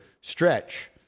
stretch